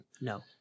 No